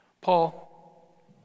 Paul